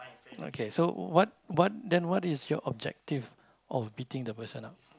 okay so what what then what is your objective of beating the person up